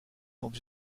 sont